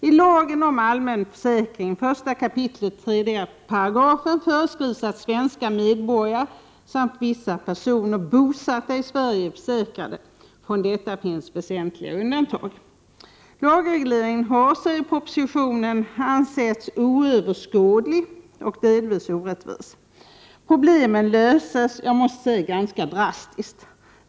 I lagen om allmän försäkring 1 kap. 3 § stadgas att svenska medborgare samt vissa personer bosatta i Sverige är försäkrade. Från detta finns väsentliga undantag. Lagregleringen har, sägs det i propositionen, ansetts oöverskådlig och delvis orättvis. Problemen löses ganska drastiskt, måste jag säga.